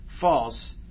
false